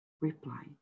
replied